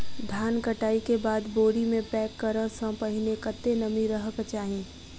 धान कटाई केँ बाद बोरी मे पैक करऽ सँ पहिने कत्ते नमी रहक चाहि?